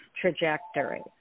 trajectory